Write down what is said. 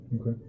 Okay